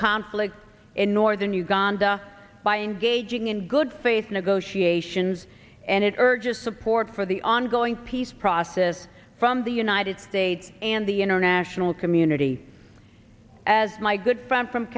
conflict in northern uganda by engaging in good faith negotiations and it urges support for the ongoing peace process from the united states and the international community as my good friend from